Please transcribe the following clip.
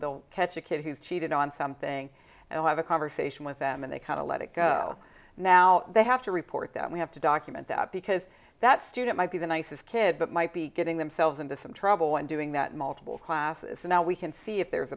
they'll catch a kid who's cheated on something and have a conversation with them and they kind of let it go now they have to report that we have to document that because that student might be the nicest kid but might be getting themselves into some trouble and doing that multiple classes and now we can see if there